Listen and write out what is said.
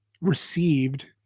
received